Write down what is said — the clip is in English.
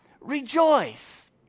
rejoice